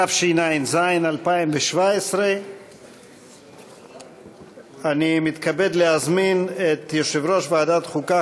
התשע"ז 2017. אני מתכבד להזמין את יושב-ראש ועדת החוקה,